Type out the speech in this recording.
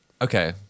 Okay